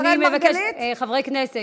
חבורת מעריצות?